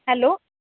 hello